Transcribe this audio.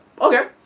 Okay